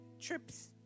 trips